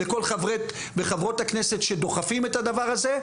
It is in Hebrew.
לכל חברי וחברות הכנסת שדוחפים את הדבר הזה,